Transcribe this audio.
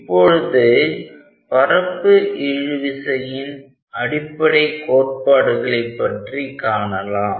இப்போது பரப்பு இழு விசையின் அடிப்படை கோட்பாடுகளை பற்றி காணலாம்